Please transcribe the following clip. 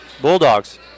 Bulldogs